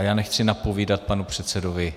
Já nechci napovídat panu předsedovi...